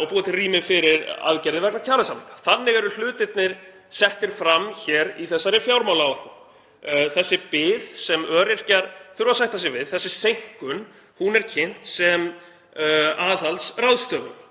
og búa til rými fyrir aðgerðir vegna kjarasamninga. Þannig eru hlutirnir settir fram hér í þessari fjármálaáætlun. Þessi bið sem öryrkjar þurfa að sætta sig við, þessi seinkun, er kynnt sem aðhaldsráðstöfun.